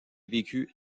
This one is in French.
vécut